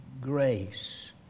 Grace